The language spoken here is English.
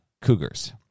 Cougars